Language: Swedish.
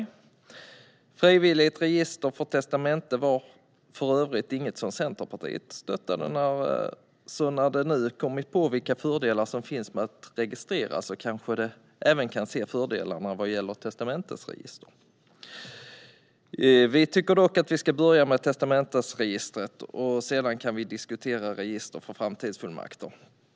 Ett frivilligt register för testamenten var för övrigt inget som Centerpartiet stöttade, men när de nu kommit på vilka fördelar som finns med att registrera kanske de även kan se fördelarna med ett testamentsregister. Vi tycker dock att vi ska börja med testamentsregistret. Sedan kan vi diskutera register för framtidsfullmakter.